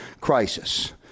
Crisis